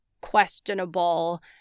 questionable